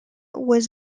was